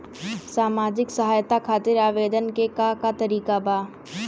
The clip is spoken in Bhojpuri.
सामाजिक सहायता खातिर आवेदन के का तरीका बा?